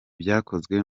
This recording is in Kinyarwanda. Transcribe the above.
byakozwe